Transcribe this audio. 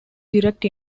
direct